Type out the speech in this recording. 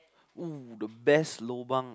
!ooh! the best lobang ah